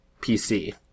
PC